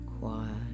quiet